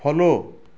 follow